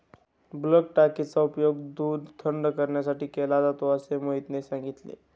bulk टाकीचा उपयोग दूध थंड करण्यासाठी केला जातो असे मोहितने सांगितले